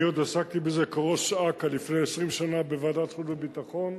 אני עוד עסקתי בזה כראש אכ"א לפני 20 שנה בוועדת החוץ והביטחון,